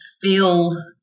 feel